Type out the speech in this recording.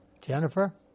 Jennifer